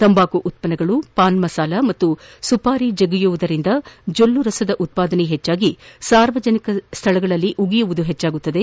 ತಂಬಾಕು ಉತ್ಪನ್ನಗಳು ಪಾನ್ ಮಸಾಲ ಮತ್ತು ಸುಪಾರಿ ಜಗಿಯುವುದರಿಂದ ಜೊಲ್ಲುರಸದ ಉತ್ಪಾದನೆ ಹೆಚ್ಚಾಗಿ ಸಾರ್ವಜನಿಕ ಸ್ಥಳಗಳಲ್ಲಿ ಉಗುಳುವುದು ಹೆಚ್ಚಾಗುತ್ತದೆ